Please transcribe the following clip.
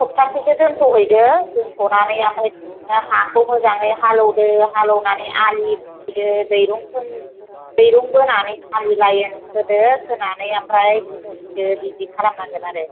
सब्थासेसो दोन्थ'हैदो दोन्थ'नानै ओमफ्राय हाखौ मोजाङै हालेवदो हालेवनानै आलि खोदो दैरुं खों दैरुं बोनानै आलि लाइन खोदो खोनानै ओमफ्राय फोदो बिदि खालामनांगोन आरो